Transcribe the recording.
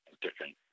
different